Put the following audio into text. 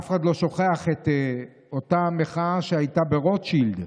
אף אחד לא שוכח את אותה מחאה שהייתה ברוטשילד,